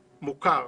מוכר,